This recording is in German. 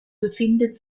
befindet